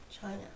China